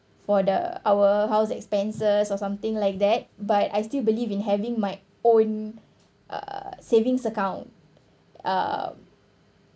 for the our house expenses or something like that but I still believe in having my own uh savings account uh